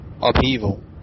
upheaval